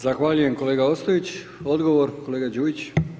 Zahvaljujem kolega Ostojić, odgovor kolega Đujić.